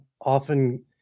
often